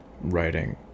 writing